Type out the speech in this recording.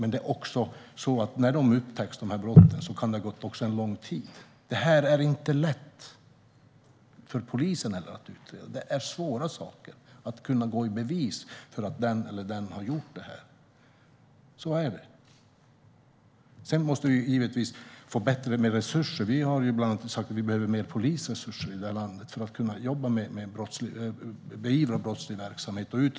När dessa brott upptäcks kan det dessutom ha gått lång tid. Det här är heller inte lätt för polisen att utreda. Det är svårt att leda i bevis att den ena eller andra personen har gjort detta. Så är det. Vi måste givetvis få mer resurser. Vi har bland annat sagt att vi behöver mer polisresurser här i landet för att kunna utreda och beivra brottslig verksamhet.